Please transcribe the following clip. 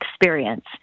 experience